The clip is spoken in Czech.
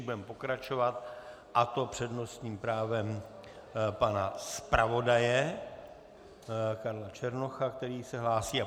Budeme pokračovat, a to přednostním právem pana zpravodaje Marka Černocha, který se hlásí.